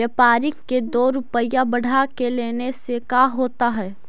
व्यापारिक के दो रूपया बढ़ा के लेने से का होता है?